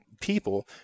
people